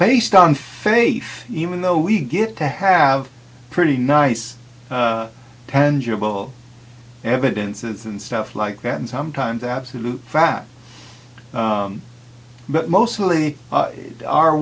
based on faith even though we get to have pretty nice tangible evidence and stuff like that and sometimes absolute fact but mostly